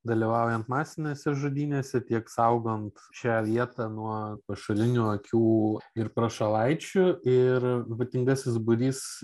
dalyvaujant masinėse žudynėse tiek saugant šią vietą nuo pašalinių akių ir prašalaičių ir ypatingasis būrys